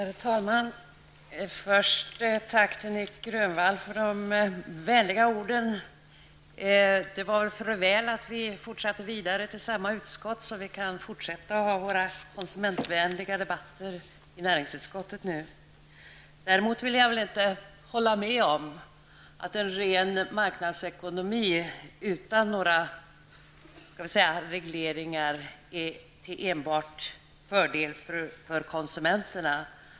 Herr talman! Först ett tack till Nic Grönvall för de vänliga orden. Det var för väl att vi fortsatte vidare till samma utskott, så att vi kan fortsätta att ha våra konsumentvänliga debatter i näringsutskottet nu. Däremot vill jag inte hålla med om att en ren marknadsekonomi utan regleringar är enbart till fördel för konsumenterna.